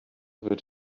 wird